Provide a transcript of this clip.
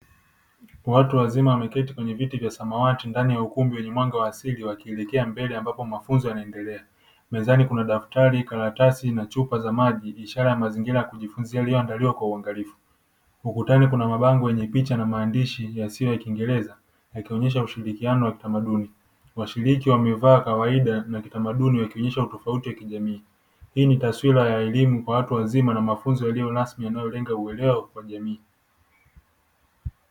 Watu wazima wameketi kwenye viti vya samawati ndani ya ukumbi wenye mwanga wa asili wakielekea mbele ambapo mafunzo yanaendelea, mezani kuna daftari, karatasi na chupa za maji ikionyesha ni mazingira ya kujifunzia yaliyoandaliwa kwa uangalifu ukutani kuna mabango yenye picha na maandishi yasiyo ya kiingiereza yakionyesha ushirikiano wa kiutamaduni. Washiriki wamevaa kawaida kiutamaduni ili kuonyesha hii ni taswira ya elimu ya watu wazima na mafunzo yaliyo rasmi ili kuongeza uelewa kwa jamii.